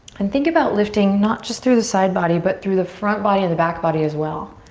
and think about lifting not just through the side body but through the front body and the back body, as well.